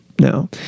no